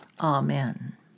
amen